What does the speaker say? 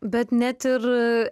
bet net ir